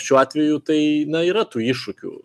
šiuo atveju tai na yra tų iššūkių